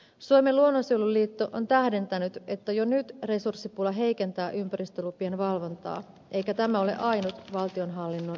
suomen luonnonsuojeluliitto on tähdentänyt että jo nyt resurssipula heikentää ympäristölupien valvontaa eikä tämä ole ainut valtionhallinnon ala